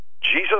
Jesus